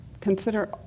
consider